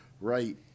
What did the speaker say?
right